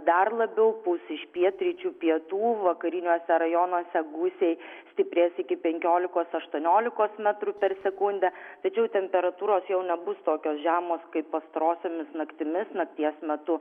dar labiau pūs iš pietryčių pietų vakariniuose rajonuose gūsiai stiprės iki penkiolikos aštuoniolikos metrų per sekundę tačiau temperatūros jau nebus tokios žemos kaip pastarosiomis naktimis nakties metu